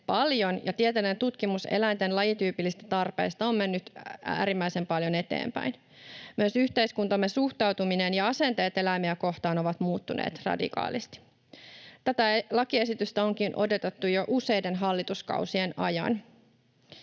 paljon, ja tieteellinen tutkimus eläinten lajityypillisistä tarpeista on mennyt äärimmäisen paljon eteenpäin. Myös yhteiskuntamme suhtautuminen ja asenteet eläimiä kohtaan ovat muuttuneet radikaalisti. Tätä lakiesitystä onkin odotettu jo useiden hallituskausien ajan.